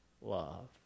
love